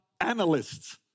analysts